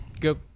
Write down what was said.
go